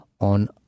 on